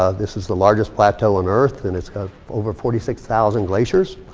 ah this is the largest plateau on earth and it's got over forty six thousand glaciers.